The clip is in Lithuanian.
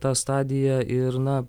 tą stadiją ir na